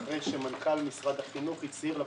אחרי שמנכ"ל משרד החינוך הצהיר לפרוטוקול.